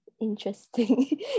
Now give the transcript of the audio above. interesting